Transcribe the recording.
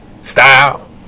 style